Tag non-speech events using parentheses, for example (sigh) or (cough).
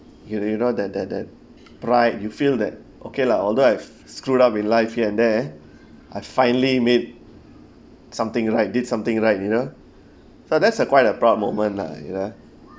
you you know that that that pride you feel that okay lah although I've screwed up in life here and there I finally made something right did something right you know (breath) so that's a quite a proud moment lah you know